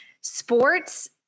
sports